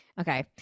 Okay